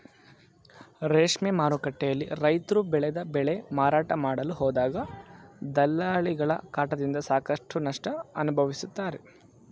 ರೇಷ್ಮೆ ಮಾರುಕಟ್ಟೆಯಲ್ಲಿ ರೈತ್ರು ಬೆಳೆದ ಬೆಳೆ ಮಾರಾಟ ಮಾಡಲು ಹೋದಾಗ ದಲ್ಲಾಳಿಗಳ ಕಾಟದಿಂದ ಸಾಕಷ್ಟು ನಷ್ಟ ಅನುಭವಿಸುತ್ತಾರೆ